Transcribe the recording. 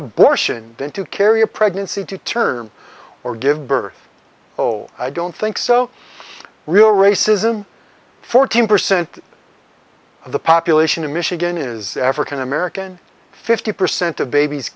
abortion than to carry a pregnancy to term or give birth oh i don't think so real racism fourteen percent the population in michigan is african american fifty percent of babies